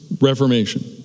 reformation